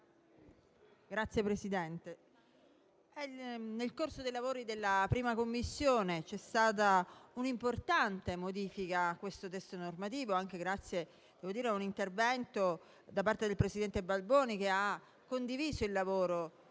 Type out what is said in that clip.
Signora Presidente, nel corso dei lavori della 1a Commissione c'è stata un'importante modifica a questo testo normativo, anche grazie a un intervento da parte del presidente Balboni che ha condiviso il lavoro